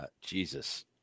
Jesus